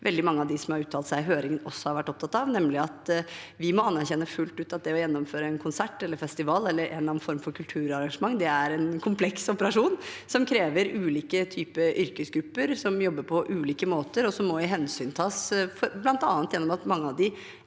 veldig mange av dem som har uttalt seg i høringen, også har vært opptatt av, nemlig at vi må anerkjenne fullt ut at det å gjennomføre en konsert eller festival eller en annen form for kulturarrangement er en kompleks operasjon som krever ulike typer yrkesgrupper som jobber på ulike måter, og som må hensyntas, bl.a. gjennom at mange av dem